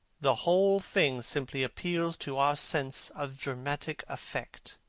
the whole thing simply appeals to our sense of dramatic effect.